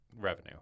revenue